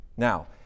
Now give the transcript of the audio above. Now